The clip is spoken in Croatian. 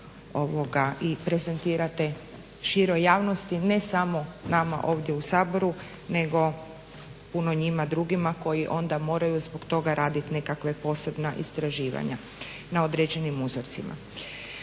i prezentirate široj javnosti ne samo nama ovdje u Saboru nego puno njima drugima koji onda moraju zbog toga raditi nekakva posebna istraživanja na određenim uzorcima.